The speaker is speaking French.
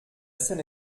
scène